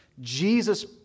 Jesus